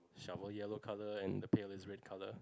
shovel yellow colour and the pail is red colour